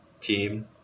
team